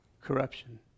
Corruption